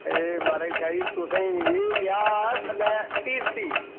एह् महाराज शाह् जी तुसेंगी ब्याह् थल्लै धीरती